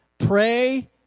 Pray